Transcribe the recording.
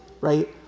right